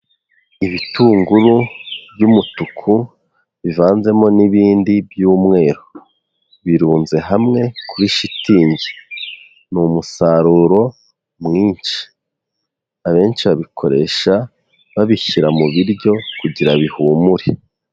Ibitunguru by'umutuku bivanzemo n'ibindi by'umweru, birunze hamwe kuri shitingi, ni umusaruro mwinshi. Abenshi babikoresha babishyira mu biryo kugira bihumure.